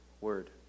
Word